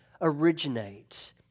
originates